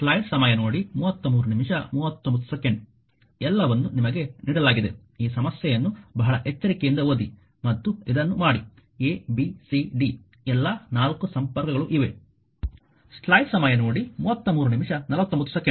ಎಲ್ಲವನ್ನೂ ನಿಮಗೆ ನೀಡಲಾಗಿದೆ ಈ ಸಮಸ್ಯೆಯನ್ನು ಬಹಳ ಎಚ್ಚರಿಕೆಯಿಂದ ಓದಿ ಮತ್ತು ಇದನ್ನು ಮಾಡಿ a b c d ಎಲ್ಲಾ 4 ಸಂಪರ್ಕಗಳು ಇವೆ